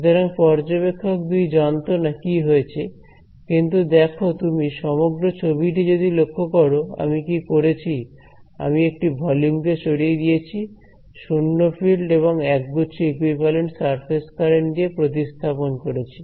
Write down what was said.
সুতরাং পর্যবেক্ষক 2 জানতো না কি হয়েছে কিন্তু দেখো তুমি সমগ্র ছবিটি যদি লক্ষ্য করো আমি কি করেছি আমি একটি ভলিউম কে সরিয়ে দিয়েছি শূন্য ফিল্ড এবং এক গুচ্ছ ইকুইভ্যালেন্ট সারফেস কারেন্ট দিয়ে প্রতিস্থাপন করেছি